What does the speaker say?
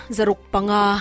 Zarukpanga